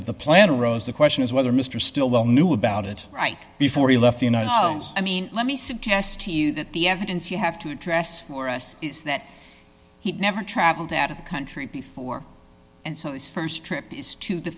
that the plan arose the question is whether mr stillwell knew about it right before he left you know i mean let me suggest to you that the evidence you have to address for us is that he never traveled out of the country before and so his st trip is to the